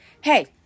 Hey